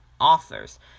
authors